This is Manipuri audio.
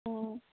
ꯑꯣ